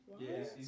Yes